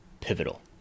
pivotal